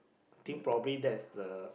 think probably that's the